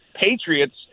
patriots